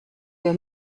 der